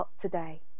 Today